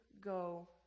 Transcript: go